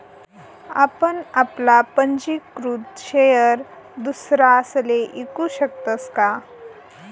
आपण आपला पंजीकृत शेयर दुसरासले ईकू शकतस का?